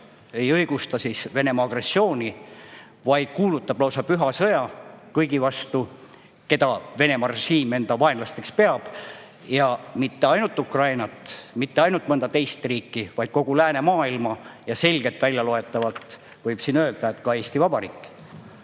ei õigusta Venemaa agressiooni, vaid kuulutab lausa püha sõja kõigi vastu, keda Venemaa režiim enda vaenlasteks peab: mitte ainult Ukrainat, mitte ainult mõnda teist riiki, vaid kogu läänemaailma ja selgelt välja loetavalt võib öelda, et ka Eesti Vabariiki.